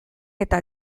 eta